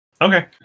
Okay